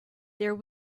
there